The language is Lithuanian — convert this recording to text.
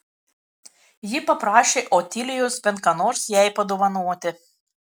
ji paprašė otilijos bent ką nors jai padovanoti